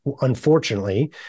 unfortunately